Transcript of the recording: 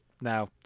now